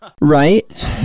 Right